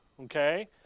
Okay